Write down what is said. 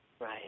right